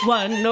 one